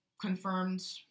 confirmed